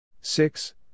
six